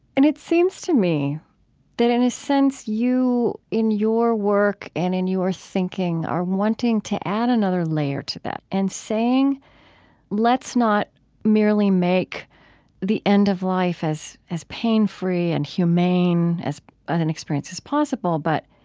and it seems to me that, in a sense, you in your work and in your thinking are wanting to add another layer to that and saying let's not merely make the end of life as as pain-free and humane an experience as possible, but